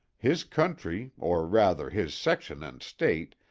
his country, or rather his section and state,